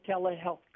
telehealth